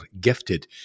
gifted